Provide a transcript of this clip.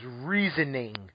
reasoning